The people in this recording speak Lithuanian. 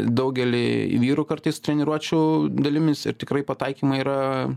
daugelį vyrų kartais treniruočių dalimis ir tikrai pataikymai yra